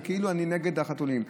וכאילו אני נגד החתולים.